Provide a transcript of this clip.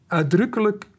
uitdrukkelijk